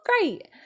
great